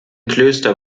klöster